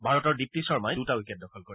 ভাৰতৰ দিপ্তী শৰ্মাই দুটা উইকেট দখল কৰে